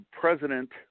president